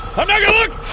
i'm not gonna look!